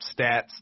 stats